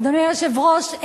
אדוני היושב-ראש,